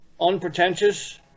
unpretentious